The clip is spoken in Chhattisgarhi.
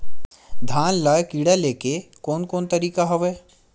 धान ल कीड़ा ले के कोन कोन तरीका हवय?